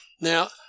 Now